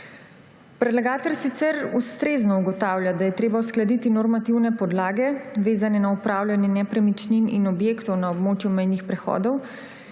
Predlagatelj sicer ustrezno ugotavlja, da je treba uskladiti normativne podlage, vezane na upravljanje nepremičnin in objektov na območju mejnih prehodov,